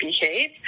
behave